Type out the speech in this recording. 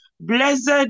blessed